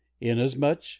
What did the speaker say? Inasmuch